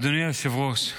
אדוני היושב-ראש,